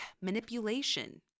manipulation